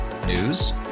News